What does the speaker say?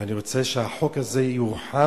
ואני רוצה שהחוק הזה יורחב